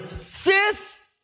sis